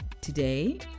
today